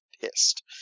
pissed